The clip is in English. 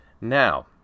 Now